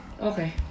Okay